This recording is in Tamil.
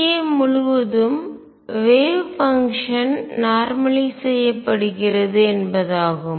N a முழுவதும் வேவ் பங்ஷன் அலை செயல்பாடு நார்மலய்ஸ் செய்யப்படுகிறது என்பதாகும்